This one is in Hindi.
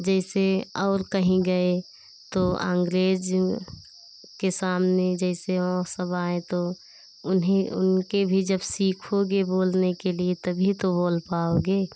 जैसे और कहीं गए तो अंग्रेज के सामने जैसे वो सब आएं तो उन्हें उनके भी जब सीखोगे बोलने के लिए तभी तो बोल पाओगे